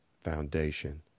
foundation